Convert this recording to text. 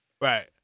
Right